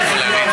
רוצים תשובה.